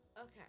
Okay